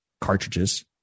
cartridges